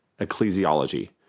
ecclesiology